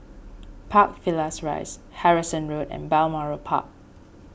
Park Villas Rise Harrison Road and Balmoral Park